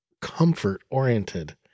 comfort-oriented